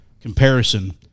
comparison